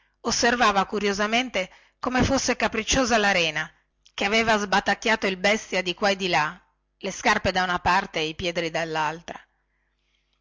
osservava curiosamente come fosse capricciosa la rena che aveva sbatacchiato il bestia di qua e di là le scarpe da una parte e i piedi dallaltra